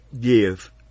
give